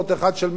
1 ל-100,